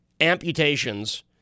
amputations